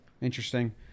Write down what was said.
Interesting